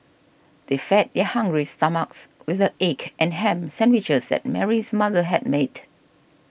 they fed their hungry stomachs with the egg and ham sandwiches that Mary's mother had made